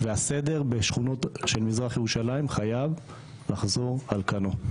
והסדר בשכונות של מזרח ירושלים חייב לחזור על כנו.